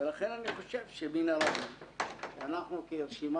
- ולכן אני חושב שמן הראוי שאנחנו כרשימה